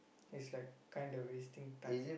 it's like kinda wasting time